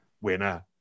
winner